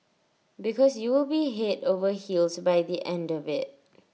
because you will be Head over heels by the end of IT